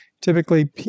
Typically